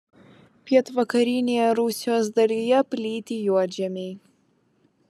pietvakarinėje rusijos dalyje plyti juodžemiai